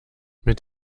mit